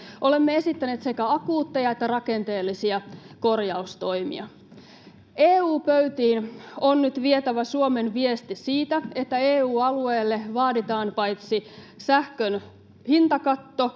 Olemme esittäneet sekä akuutteja että rakenteellisia korjaustoimia. EU-pöytiin on nyt vietävä Suomen viesti siitä, että EU-alueelle vaaditaan paitsi sähkön hintakatto